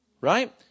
Right